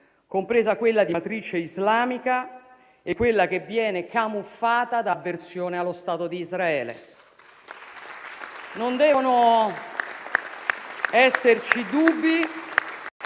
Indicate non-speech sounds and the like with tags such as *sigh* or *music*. compresa quella di matrice islamica e quella che viene camuffata da avversione allo Stato di Israele. *applause* Non devono esserci dubbi